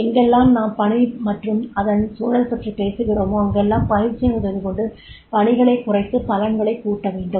எங்கெல்லாம் நாம் பணி மற்றும் அதன் சூழல் பற்றிப் பேசுகிறோமோ அங்கெல்லாம் பயிற்சியின் உதவிகொண்டு பணிகளைக் குறைத்து பலன்களைக் கூட்டவேண்டும்